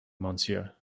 monsieur